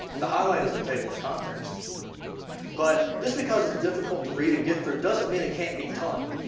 the highlight is the table of contents but just because it's d ifficult to read and get through doesn't mean it can't be done,